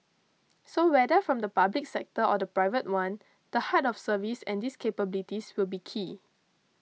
so whether from the public sector or the private one the heart of service and these capabilities will be key